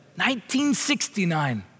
1969